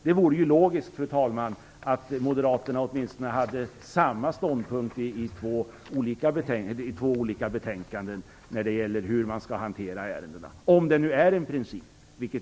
Det vore ju logiskt, fru talman, att Moderaterna åtminstone hade samma ståndpunkt i två olika betänkanden när det gäller hur man skall hantera ärendena - om det nu är en princip.